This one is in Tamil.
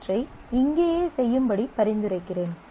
அவற்றை இங்கேயே செய்யும்படி பரிந்துரைக்கிறேன்